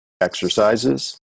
exercises